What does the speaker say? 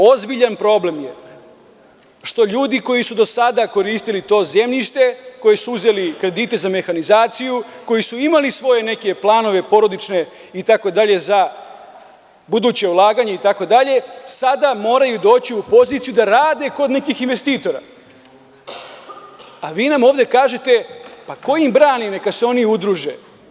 ozbiljan problem je što ljudi koji su do sada koristili to zemljište, koji su uzeli kredite za mehanizaciju, koji su imali svoje neke planove porodične, itd, za buduće ulaganje itd, sada moraju doći u poziciju da rade kod nekih investitora, a vi nam ovde kažete – pa ko im brani, neka se oni udruže.